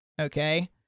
okay